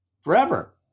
forever